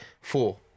four